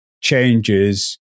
changes